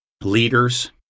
leaders